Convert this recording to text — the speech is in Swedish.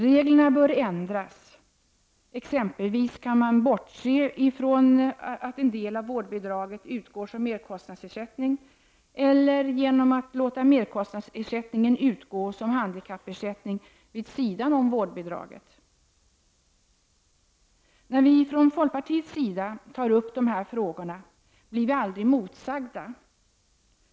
Reglerna bör ändras exempelvis genom att man bortser från att en del av vårdbidraget utgår som merkostnadsersättning eller genom att låta merkostnadsersättningen utgå som handikappersättning vid sidan av vårdbidraget. När vi från folkpartiets sida tar upp de här frågorna blir vi aldrig motsagda.